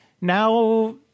now